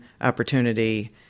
opportunity